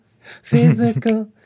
physical